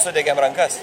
sudegėm rankas